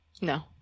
No